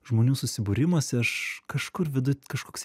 žmonių susibūrimuose aš kažkur viduj kažkoks